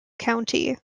county